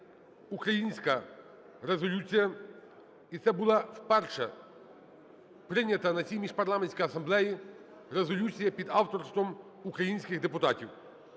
українська резолюція і це була вперше прийнята на цій міжпарламентській асамблеї резолюція під авторством українських депутатів.